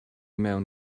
mewn